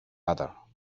other